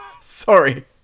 Sorry